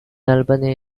albania